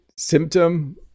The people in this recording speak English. Symptom